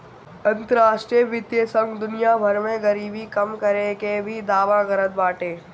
अंतरराष्ट्रीय वित्तीय संघ दुनिया भर में गरीबी कम करे के भी दावा करत बाटे